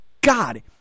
God